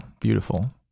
beautiful